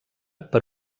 per